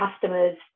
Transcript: customers